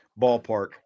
ballpark